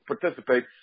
participate